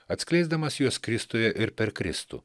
atskleisdamas juos kristuje ir per kristų